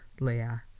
Leia